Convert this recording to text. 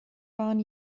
waren